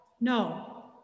No